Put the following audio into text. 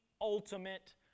ultimate